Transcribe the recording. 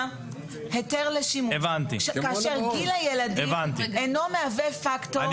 היתר לשימוש כאשר גיל הילדים אינו מהווה פקטור,